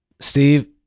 steve